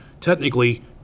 technically